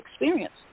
experience